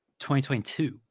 2022